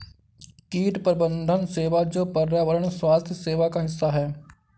कीट प्रबंधन सेवा जो पर्यावरण स्वास्थ्य सेवा का हिस्सा है